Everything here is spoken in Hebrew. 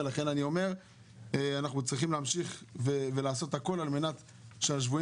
ולכן אני אומר שאנחנו צריכים להמשיך ולעשות הכול על מנת שהשבויים